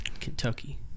kentucky